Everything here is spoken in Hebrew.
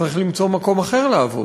צריך למצוא מקום אחר לעבוד.